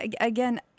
again